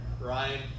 Ryan